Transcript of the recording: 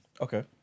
okay